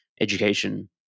education